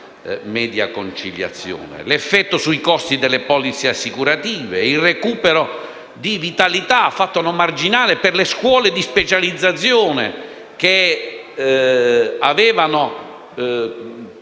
effetti sui costi delle polizze assicurative, il recupero di vitalità - fatto non marginale - per le scuole di specializzazione che avevano